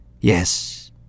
Yes